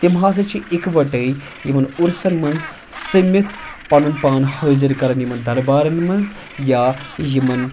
تِم ہسا چھِ اِکوَٹَے یِمَن عُرسَن منٛز سٔمِتھ پَنُن پان حٲضِر کَران یِمَن دَربارَن منٛز یا یِمَن